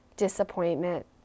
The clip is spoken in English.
disappointment